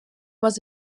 was